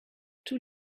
tous